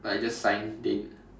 but I just signed it